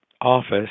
office